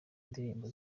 indirimbo